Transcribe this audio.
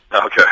Okay